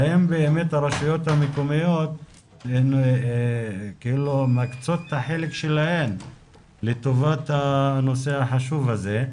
האם הרשויות המקומיות אכן מקצות את החלק שלהן לטובת הנושא החשוב הזה?